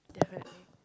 definitely